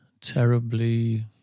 terribly